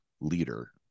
leader